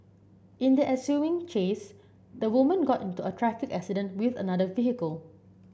in the ensuing chase the woman got into a traffic accident with another vehicle